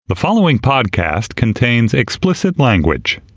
the following podcast contains explicit language